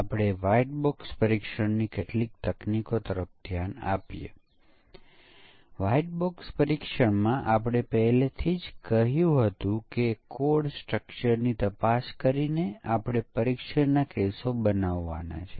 આપણે કહી રહ્યા હતા કે યુનિટ પરીક્ષણમાં દરેક યુનિટનું અન્ય યુનિટથી સ્વતંત્ર રીતે પરીક્ષણ કરવામાં આવે છે